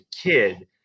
kid